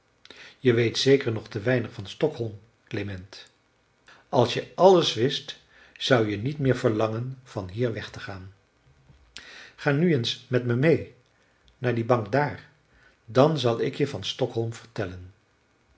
je weet zeker nog te weinig van stockholm klement als je alles wist zou je niet meer verlangen van hier weg te gaan ga nu eens met me meê naar die bank daar dan zal ik je van stockholm vertellen